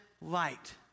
light